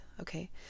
okay